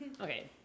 okay